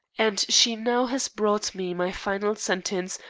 and she now has brought me my final sentence,